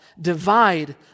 divide